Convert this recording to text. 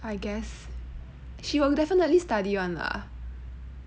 I guess she will definitely study [one] lah